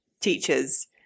teachers